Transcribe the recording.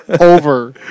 over